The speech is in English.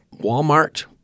Walmart